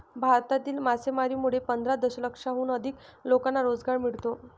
भारतातील मासेमारीमुळे पंधरा दशलक्षाहून अधिक लोकांना रोजगार मिळतो